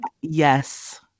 yes